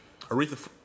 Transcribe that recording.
Aretha